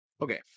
Okay